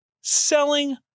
selling